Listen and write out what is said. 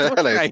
Hello